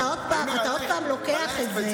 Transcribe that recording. אתה עוד פעם לוקח את זה,